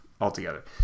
altogether